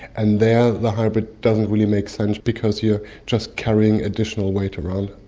and there the hybrid doesn't really make sense because you're just carrying additional weight around.